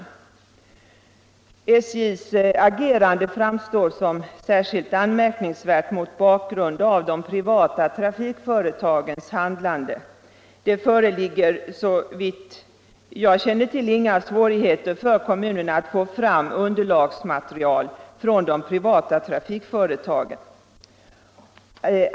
SJ:s agerande framstår som särskilt anmärkningsvärt mot bakgrund av de privata trafikföretagens handlande. Det föreligger såvitt jag känner till inga svårigheter för kommunerna att få fram underlagsmaterial från de privata trafikföretagen.